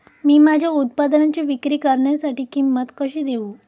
मी माझ्या उत्पादनाची विक्री करण्यासाठी किंमत कशी देऊ?